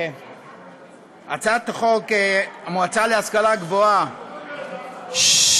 הצעת חוק המועצה להשכלה גבוהה (תיקון).